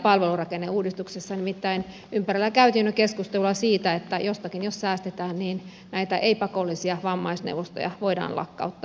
nimittäin ympärillä käytiin jo keskustelua siitä että jos jostakin säästetään niin näitä ei pakollisia vammaisneuvostoja voidaan lakkauttaa